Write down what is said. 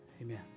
Amen